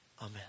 Amen